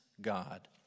God